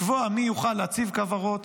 לקבוע מי יוכל להציב כוורות,